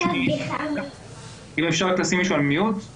כי כמו שמשרד הבריאות תמיד מדגיש,